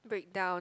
break down